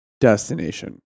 destination